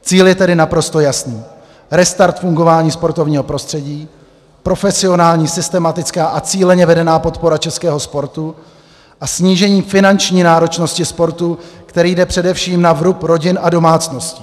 Cíl je tedy naprosto jasný restart fungování sportovního prostředí, profesionální, systematická a cíleně vedená podpora českého sportu a snížení finanční náročnosti sportu, která jde především na vrub rodin a domácností.